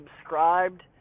subscribed